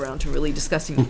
around to really discussing